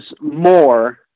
more